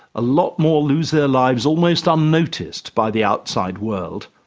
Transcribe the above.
a lot more lose their lives almost unnoticed by the outside world.